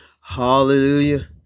hallelujah